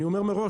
אני אומר מראש,